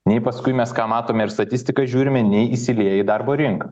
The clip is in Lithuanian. nei paskui mes ką matome ir statistiką žiūrime nei įsilieja į darbo rinką